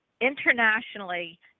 internationally